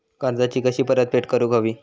कर्जाची कशी परतफेड करूक हवी?